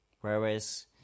Whereas